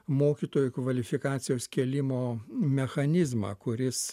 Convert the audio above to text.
mokytojų kvalifikacijos kėlimo mechanizmą kuris